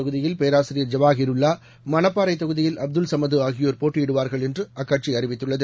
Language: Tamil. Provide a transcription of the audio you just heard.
தொகுதியில் பேராசிரியார் ஜவாஹீருல்லா மணப்பாறைதொகுதியில் பாபநாசம் அப்துல் சமதுஆகியோர் போட்டியிடுவார்கள் என்றுஅக்கட்சிஅறிவித்துள்ளது